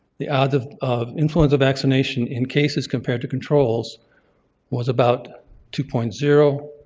the odds of of influenza vaccination in cases compared to controls was about two point zero.